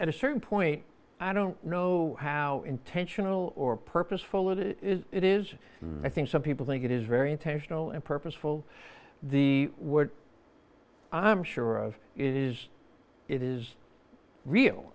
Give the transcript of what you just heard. at a certain point i don't know how intentional or purposeful it is it is i think some people think it is very intentional and purposeful the i'm sure of it is it is real